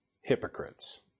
hypocrites